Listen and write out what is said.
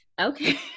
okay